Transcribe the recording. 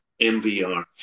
MVR